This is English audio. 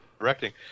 directing